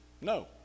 No